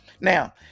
now